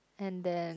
and then